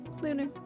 Lunar